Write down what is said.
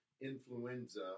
influenza